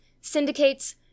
syndicates